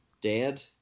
dead